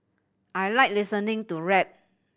I like listening to rap